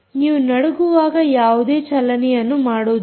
ನೀವು ನಡುಗುವಾಗ ಯಾವುದೇ ಚಲನೆಯನ್ನು ಮಾಡುವುದಿಲ್ಲ